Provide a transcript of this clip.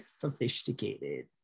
sophisticated